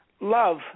love